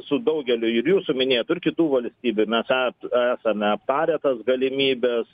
su daugeliu ir jūsų minėtų ir kitų valstybių mes tą esame aptarę tas galimybes